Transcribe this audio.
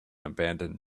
abandoned